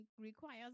requires